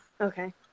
Okay